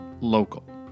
local